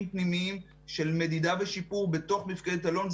פנימיים של מדידה ושיפור בתוך מפקדת אלון.